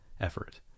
effort